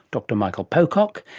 dr michael pocock,